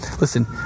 listen